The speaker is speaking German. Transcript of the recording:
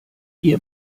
ihr